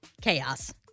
Chaos